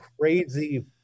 crazy